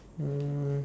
um